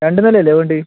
രണ്ടു നിലയല്ലേ വേണ്ടത്